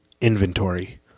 Inventory